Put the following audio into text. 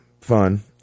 fun